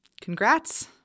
Congrats